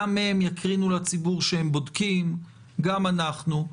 גם הם יקרינו לציבור שהם בודקים, גם אנחנו.